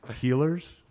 Healers